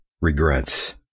regrets